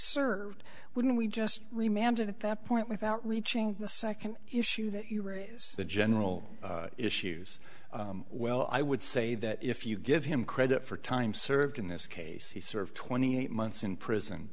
served wouldn't we just remember at that point without reaching the second issue that you raise the general issues well i would say that if you give him credit for time served in this case he served twenty eight months in prison